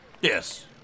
Yes